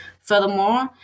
Furthermore